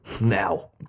now